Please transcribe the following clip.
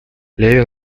левин